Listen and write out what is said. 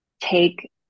take